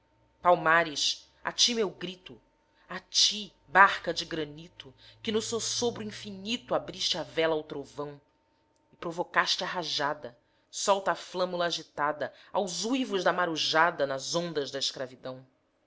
palmares a ti meu grito a ti barca de granito que no soçobro infinito abriste a vela ao trovão e provocaste a rajada solta a flâmula agitada aos uivos da marujada nas ondas da escravidão